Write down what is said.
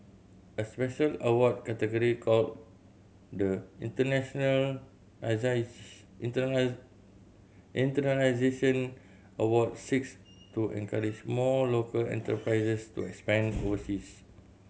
a special award category called the Internalization Award seeks to encourage more local enterprises to expand overseas